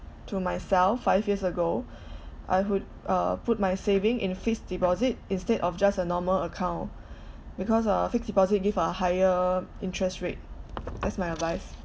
to myself five years ago I would uh put my saving in fixed deposit instead of just a normal account because uh fixed deposit give a higher interest rate that's my advice